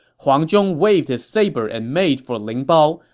huang zhong waved his saber and made for ling bao.